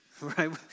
right